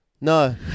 No